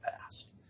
past